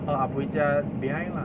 ah ah bui 家 behind lah